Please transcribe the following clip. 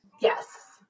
Yes